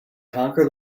conquer